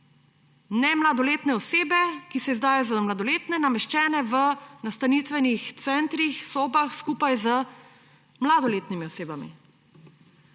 Nemladoletne osebe, ki se izdajajo za mladoletne, nameščene v nastanitvenih centrih, sobah, skupaj z mladoletnimi osebami.